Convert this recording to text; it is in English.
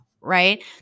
Right